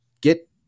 get